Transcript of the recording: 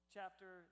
Chapter